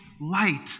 light